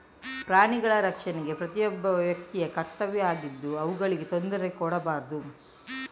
ಪ್ರಾಣಿಗಳ ರಕ್ಷಣೆ ಪ್ರತಿಯೊಬ್ಬ ವ್ಯಕ್ತಿಯ ಕರ್ತವ್ಯ ಆಗಿದ್ದು ಅವುಗಳಿಗೆ ತೊಂದ್ರೆ ಕೊಡ್ಬಾರ್ದು